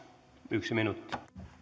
yksi minuutti